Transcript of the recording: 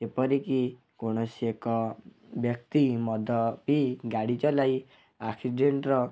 ଏପରିକି କୌଣସି ଏକ ବ୍ୟକ୍ତି ମଦ ପିଇ ଗାଡ଼ି ଚଲାଇ ଆକ୍ସିଡ଼େଣ୍ଟ୍ର